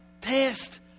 test